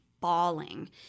bawling